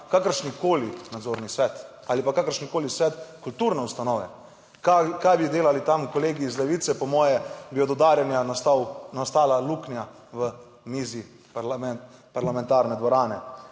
kakršnikoli nadzorni svet ali pa kakršenkoli svet kulturne ustanove? Kaj bi delali tam kolegi iz Levice? Po moje bi od udarjanja nastal nastala luknja v mizi parlamentarne dvorane.